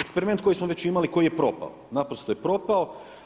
eksperiment koji smo već imali koji je propao, naprosto je propao.